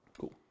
Cool